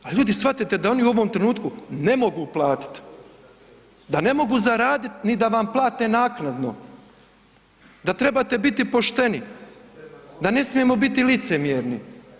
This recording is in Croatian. A ljudi shvatite da oni u ovom trenutku ne mogu platit, da ne mogu zaradit ni da vam plate naknadno, da trebate biti pošteni, da ne smijemo biti licemjerni.